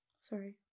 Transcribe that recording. sorry